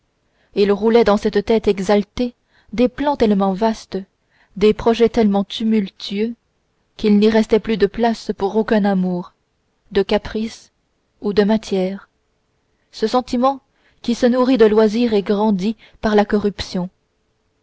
il roulait dans cette tête exaltée des plans tellement vastes des projets tellement tumultueux qu'il n'y restait plus de place pour aucun amour de caprice ou de matière ce sentiment qui se nourrit de loisir et grandit par la corruption